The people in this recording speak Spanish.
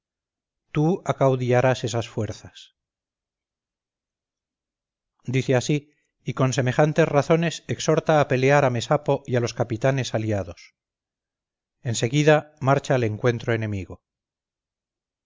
tiburtina tú acaudillarás esas fuerzas dice así y con semejantes razones exhorta a pelear a mesapo y a los capitanes aliados en seguida marcha al encuentro enemigo